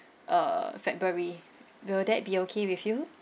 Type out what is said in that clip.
uh february will that be okay with you